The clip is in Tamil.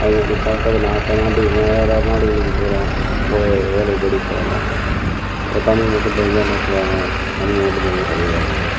அது மாதிரி மற்ற நாட்டுக்கு வேற நாடுகளுக்கு போகிறோம் வேலை தேடி போகிறோம் அப்ப தமிழ் மட்டும் தெரிஞ்சால் என்ன சொல்லுவாங்க தமிழ் மட்டும் தெரிஞ்சால் சரிவராது